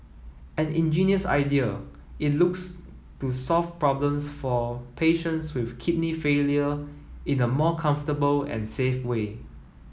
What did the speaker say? an ingenious idea it looks to solve problems for patients with kidney failure in a more comfortable and safe way